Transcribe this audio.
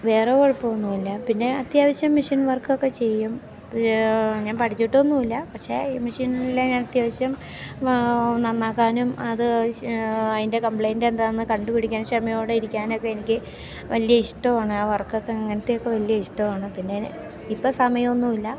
വേറേ കുഴപ്പം ഒന്നുമില്ല പിന്നെ അത്യാവശ്യം മിഷീൻ വർക്കക്കെ ചെയ്യും ഞാൻ പഠിച്ചിട്ടൊന്നും ഇല്ല പക്ഷേ ഈ മെഷീൻലേ ഞാൻ അത്യാവശ്യം നന്നാക്കാനും അത് അതിന്റെ കമ്പ്ലൈൻറ്റെന്താന്ന് കണ്ടുപിടിക്കാൻ ക്ഷമയോടെ ഇരിക്കാൻ ഒക്കെ എനിക്ക് വലിയ ഇഷ്ടമാണ് ആ വർക്കക്കെ അങ്ങനത്തേത് ഒക്കെ വലിയ ഇഷ്ടമാണ് പിന്നെ ഇപ്പം സമയം ഒന്നുമില്ല